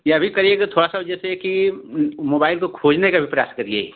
ये अभी करियेगा थोड़ा सा जैसे कि मोबाईल को खोजने का भी प्रयास करिये